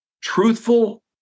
truthful